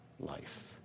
life